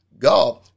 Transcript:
God